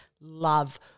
love